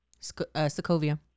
Sokovia